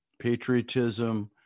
patriotism